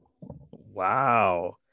Wow